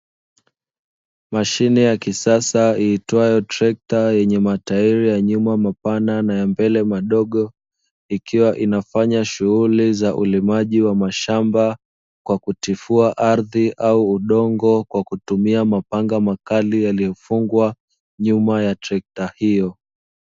Mashine ya kisasa iitwayo trekta yenye matairi ya nyuma mapana na ya mbele madogo, ikiwa inafanya shughuli za ulimaji wa mashamba kwa kutifua ardhi au udongo kwa kutumia mapanga makali, yaliyofungwa nyuma ya trekta hiyo.